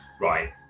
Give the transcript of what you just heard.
right